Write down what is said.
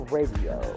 Radio